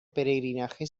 peregrinaje